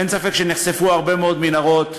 אין ספק שנחשפו הרבה מאוד מנהרות,